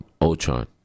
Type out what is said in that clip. Ultron